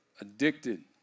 Addicted